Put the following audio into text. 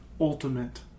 ultimate